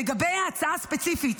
לגבי ההצעה הספציפית,